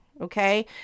okay